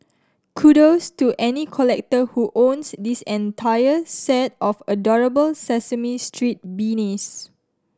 kudos to any collector who owns this entire set of adorable Sesame Street beanies